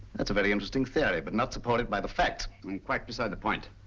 that's a very interesting theory but not supported by the facts. and quite beside the point.